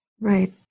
Right